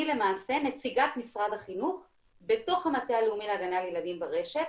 אני למעשה נציגת משרד החינוך בתוך המטה הלאומי להגנה על ילדים ברשת,